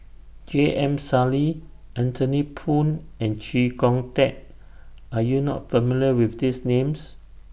J M Sali Anthony Poon and Chee Kong Tet Are YOU not familiar with These Names